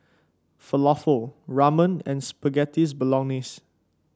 Falafel Ramen and Spaghetti Bolognese